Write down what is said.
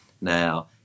Now